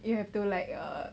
you have to like uh